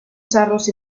charros